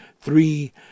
three